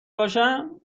باشم